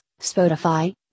Spotify